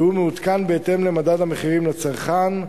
והוא מעודכן בהתאם למדד המחירים לצרכן.